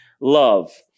love